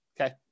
okay